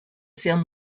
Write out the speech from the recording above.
film